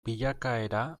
bilakaera